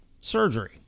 surgery